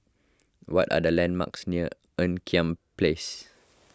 what are the landmarks near Ean Kiam Place